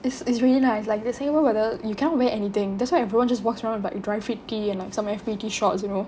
it's it's really nice like the singapore whether you cannot wear anything that's why everyone just walks around with like dry fit T and like some F_B_T shorts you know